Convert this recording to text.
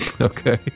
Okay